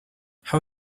how